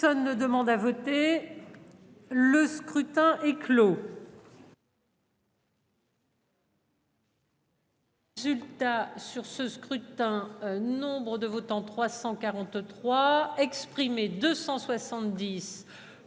Sun ne demande à voter. Le scrutin est clos. Zulte sur ce scrutin. Nombre de votants 343 exprimés, 270.